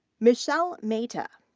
michelle mehta.